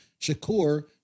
Shakur